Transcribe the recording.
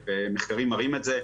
מחקרים מראים את זה,